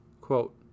Quote